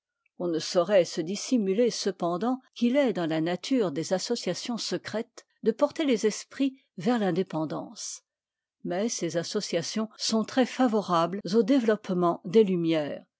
on ne saurait se dissimuler cependant qu'il est dans la nature des associations secrètes de porter les esprits vers l'indépendance mais ces associations sont très favorables au développement des lumières